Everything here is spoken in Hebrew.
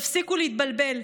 תפסיקו להתבלבל.